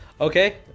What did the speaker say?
Okay